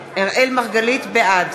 מרגלית, בעד